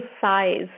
size